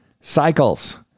cycles